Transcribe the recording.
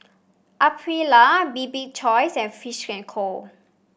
Aprilia Bibik choice and Fish and Co